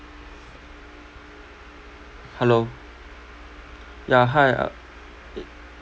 hello yeah hi uh